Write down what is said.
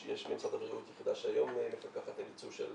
יש במשרד הבריאות יחידה שהיום מפקחת על ייצוא של